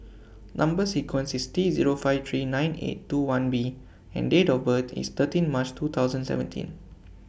Number sequence IS T Zero five three nine eight two one B and Date of birth IS thirteen March two thousand seventeen